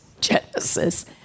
Genesis